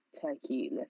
turkey